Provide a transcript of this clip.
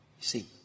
see